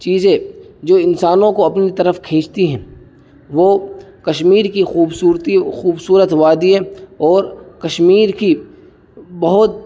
چیزیں جو انسانوں کو اپنی طرف کھینچتی ہیں وہ کشمیر کی خوبصورتی خوبصورت وادی ہے اور کشمیر کی بہت